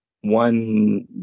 one